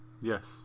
Yes